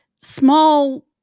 small